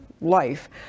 life